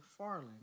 McFarland